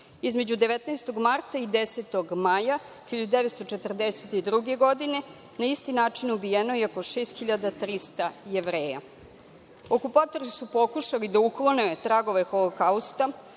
Između 19. marta i 10. maja 1942. godine na isti način je ubijeno 6.300 Jevreja. Okupatori su pokušali da uklone tragove Holokausta